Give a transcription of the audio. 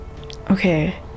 Okay